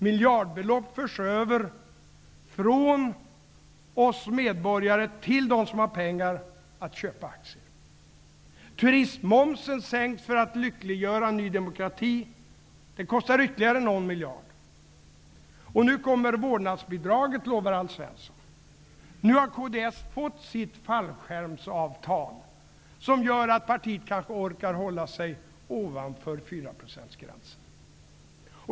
Miljardbelopp förs över från oss medborgare till dem som har pengar över att köpa aktier för. Turistmomsen sänks för att lyckliggöra Ny demokrati. Det kostar staten ytterligare någon miljard. Nu kommer också vårdnadsbidraget, lovar Alf Svensson. Nu har kds fått sitt fallskärmsavtal, som gör att partiet kanske orkar hålla sig ovanför 4 procentsgränsen.